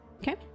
Okay